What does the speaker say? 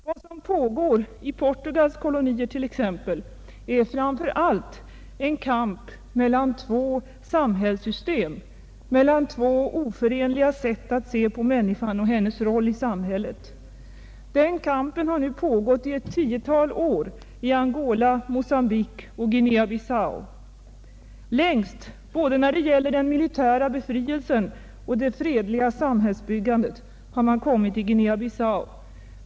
Vad som pågår i Portugals kolonier är framför allt en kraftmätning mellan två samhällssystem, mellan två oförenliga sätt att se på människan och hennes roll i samhället. Den kampen har nu pågått i ett tiotal år, i Angola, Mogambique och Guinea Bissau. Längst, när det gäller både den militära befrielsen och det fredliga samhällsbyggandet, har man kommit i Guinea Bissau.